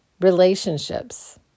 Relationships